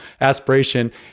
aspiration